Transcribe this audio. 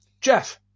Jeff